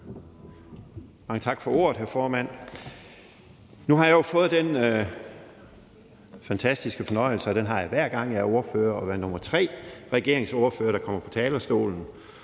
Mange tak for ordet, hr. formand. Nu har jeg jo fået den fantastiske fornøjelse – og den har jeg, hver gang jeg er ordfører – at være nummer tre regeringsordfører, der kommer på talerstolen.